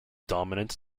dominance